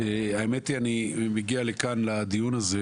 האמת היא שאני מגיע לדיון הזה,